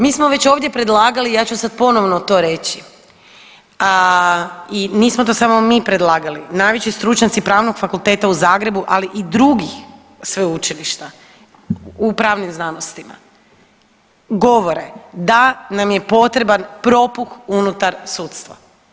Mi smo ovdje već predlagali i ja ću sad ponovno to reći i nismo to samo mi predlagali, najveći stručnjaci Pravnog fakulteta u Zagrebu, ali i drugih sveučilišta u pravnim znanostima govore da nam je potreban propuh unutar sudstva.